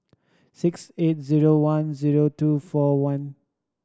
six eight zero one zero two four one